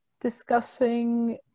discussing